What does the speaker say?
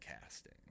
casting